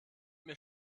mir